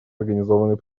организованной